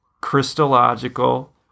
Christological